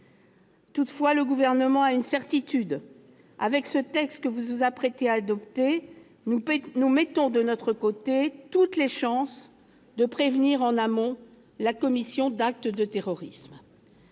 Toutefois, le Gouvernement a une certitude. Au travers de ce texte que vous vous apprêtez à adopter, nous mettons de notre côté toutes les chances de prévenir en amont la commission d'actes de terrorisme,